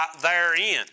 therein